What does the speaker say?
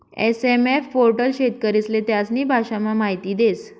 SMF portal शेतकरीस्ले त्यास्नी भाषामा माहिती देस